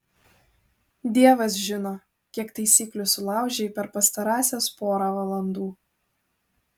dievas žino kiek taisyklių sulaužei per pastarąsias porą valandų